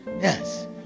Yes